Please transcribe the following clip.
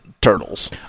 turtles